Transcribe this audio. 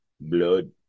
Blood